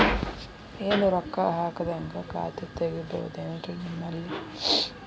ಏನು ರೊಕ್ಕ ಹಾಕದ್ಹಂಗ ಖಾತೆ ತೆಗೇಬಹುದೇನ್ರಿ ನಿಮ್ಮಲ್ಲಿ?